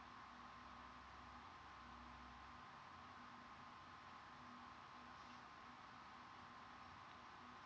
oh oh